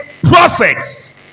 prophets